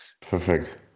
Perfect